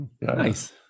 Nice